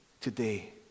today